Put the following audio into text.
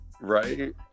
right